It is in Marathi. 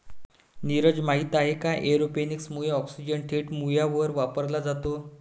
नीरज, माहित आहे का एरोपोनिक्स मुळे ऑक्सिजन थेट मुळांवर वापरला जातो